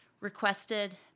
requested